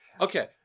okay